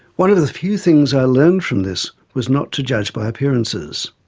one of the few things i learned from this was not to judge by appearances.